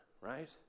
Right